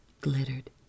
glittered